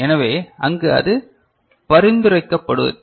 எனவே அங்கு அது பரிந்துரைக்கப்படவில்லை